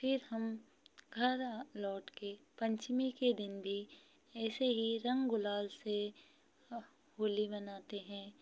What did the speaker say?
फिर हम घर लौटके पंचमी के दिन भी ऐसे ही रंग गुलाल से होली मनाते हैं